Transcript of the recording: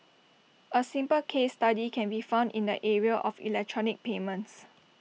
A simple case study can be found in the area of electronic payments